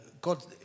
God